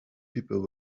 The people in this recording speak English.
people